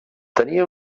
tenia